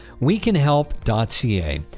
wecanhelp.ca